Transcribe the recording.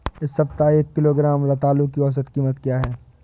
इस सप्ताह में एक किलोग्राम रतालू की औसत कीमत क्या है?